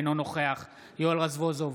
אינו נוכח יואל רזבוזוב,